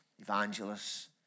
evangelists